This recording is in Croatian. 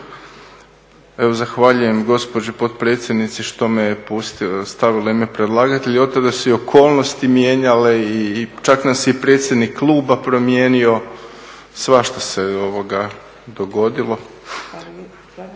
Evo zahvaljujem gospođi potpredsjednici što me je stavila u ime predlagatelja i od toga su se okolnosti mijenjale i čak nas je i predsjednik kluba promijenio, svašta se dogodilo.